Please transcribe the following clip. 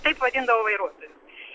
taip vadindavo vairuotojus